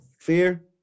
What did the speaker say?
fear